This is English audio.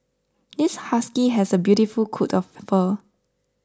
this husky has a beautiful coat of fur